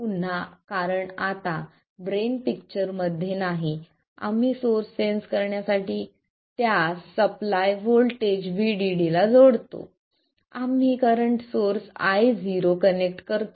पुन्हा कारण आता ड्रेन पिक्चर मध्ये नाही आम्ही सोर्स सेन्स करण्याकरिता त्यास सप्लाय व्होल्टेज VDD ला जोडतो आम्ही करंट सोर्स Io कनेक्ट करतो